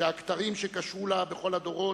שהכתרים שקשרו לה בכל הדורות,